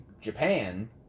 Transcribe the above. Japan